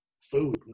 food